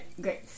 Great